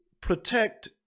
protect